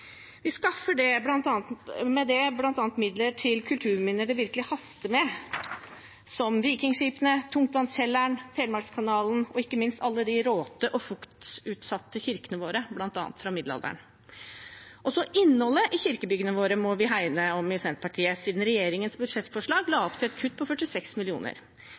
Vi skaffer med det bl.a. midler til kulturminner det virkelig haster med, som vikingskipene, Tungtvannskjelleren, Telemarkskanalen og ikke minst alle de råte- og fuktutsatte kirkene våre, bl.a. fra middelalderen. Også innholdet i kirkebyggene våre må vi hegne om i Senterpartiet, siden regjeringens budsjettforslag la opp til et kutt på 46